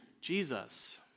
Jesus